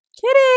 Kitty